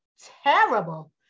terrible